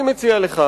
אני מציע לך,